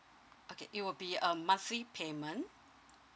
okay it will be a monthly payment